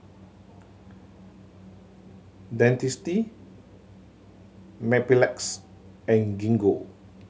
Dentiste Mepilex and Gingko